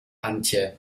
antje